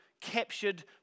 captured